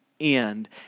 end